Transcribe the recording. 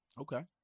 Okay